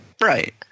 Right